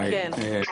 שלום.